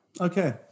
Okay